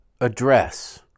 address